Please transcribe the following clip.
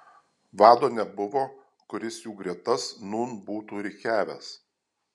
vado nebuvo kuris jų gretas nūn būtų rikiavęs